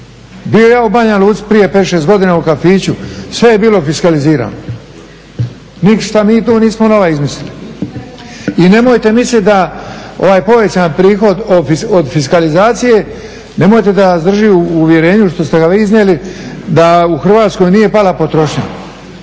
Bio ja u Banja Luci prije 5, 6 godina u kafiću, sve je bilo fiskalizirano, ništa mi tu nismo nova izmislili. I nemojte misliti da ovaj povećani prihod od fiskalizacije, nemojte da vas drži u uvjerenju što ste ga vi iznijeli da u Hrvatskoj nije pala potrošnja.